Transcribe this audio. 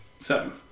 Seven